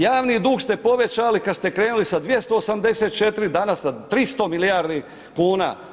Javni dug ste povećali kad ste krenuli sa 284, danas sa 300 milijardi kuna.